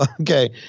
Okay